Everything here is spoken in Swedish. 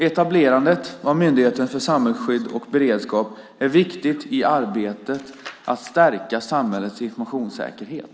Etablerandet av Myndigheten för samhällsskydd och beredskap är viktigt i arbetet att stärka samhällets informationssäkerhet.